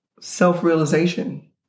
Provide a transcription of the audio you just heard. self-realization